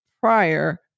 prior